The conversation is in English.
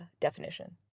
definition